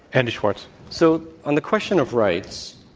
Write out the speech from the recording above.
andy schwarz. so, on the question of rights,